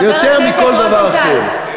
ויותר מכל דבר אחר, למה הוא לא עובד?